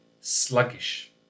sluggish